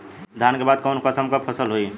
धान के बाद कऊन कसमक फसल होई?